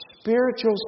spiritual